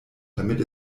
damit